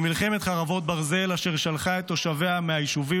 ממלחמת חרבות ברזל אשר שלחה את התושבים מהיישובים